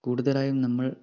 കൂടുതലായും നമ്മൾ